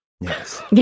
Yes